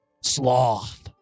Sloth